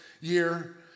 year